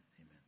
Amen